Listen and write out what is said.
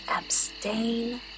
abstain